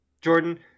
Jordan